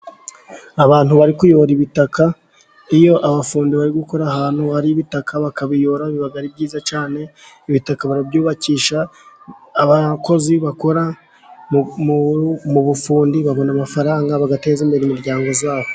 Abantu bari kuyora ibitaka. Iyo abafundi bari gukora ahantu hari ibitaka, bakabiyora biba ari byiza cyane. Ibitaka barabyubakisha. Abakozi bakora mu bufundi babona amafaranga, bagateza imbere imiryango yabo.